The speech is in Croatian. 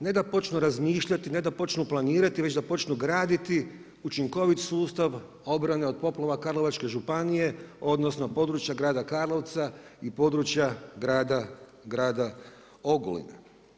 Ne da počnu razmišljati, ne da počnu planirati već da počnu graditi učinkovit sustav obrane od poplava Karlovačke županije odnosno područja grada Karlovca i područja grada Ogulina.